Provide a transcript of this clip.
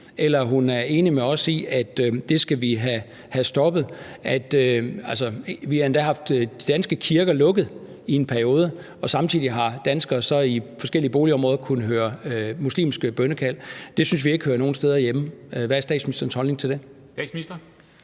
eller om hun er enig med os i, at det skal vi have stoppet. Altså, vi har endda haft de danske kirker lukket i en periode, og samtidig har danskere i forskellige boligområder så kunnet høre muslimske bønnekald. Det synes vi ikke hører nogen steder hjemme. Hvad er statsministerens holdning til det?